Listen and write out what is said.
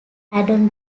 adam